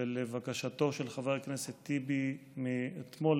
ולבקשתו של חבר הכנסת טיבי אתמול,